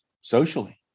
socially